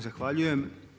Zahvaljujem.